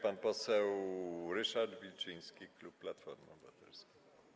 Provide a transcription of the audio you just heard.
Pan poseł Ryszard Wilczyński, klub Platforma Obywatelska.